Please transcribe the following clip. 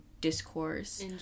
discourse